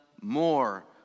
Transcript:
more